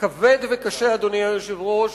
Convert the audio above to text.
אדוני היושב-ראש,